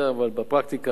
אבל בפרקטיקה אין.